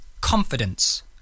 confidence